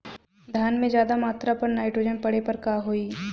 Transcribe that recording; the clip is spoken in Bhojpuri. धान में ज्यादा मात्रा पर नाइट्रोजन पड़े पर का होई?